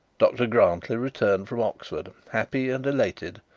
dr grantly returned from oxford happy and elated,